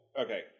okay